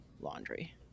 laundry